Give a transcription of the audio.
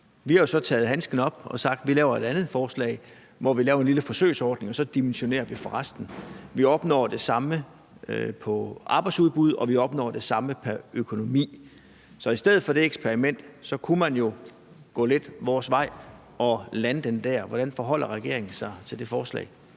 jo så taget handsken op og sagt: Vi laver et andet forslag, hvor vi laver en lille forsøgsordning, og så dimensionerer vi for resten. Vi opnår det samme på arbejdsudbud, og vi opnår det samme på økonomi. Så i stedet for det eksperiment kunne man jo gå lidt vores vej og lande den der. Hvordan forholder regeringen sig til det forslag?